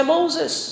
Moses